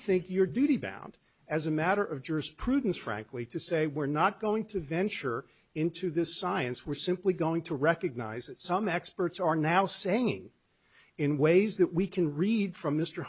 think you're duty bound as a matter of jurisprudence frankly to say we're not going to venture into this science we're simply going to recognize that some experts are now saying in ways that we can read from m